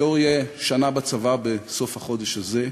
ליאור יהיה שנה בצבא בסוף החודש הזה,